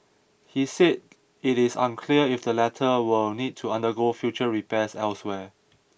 he said it is unclear if the latter will need to undergo future repairs elsewhere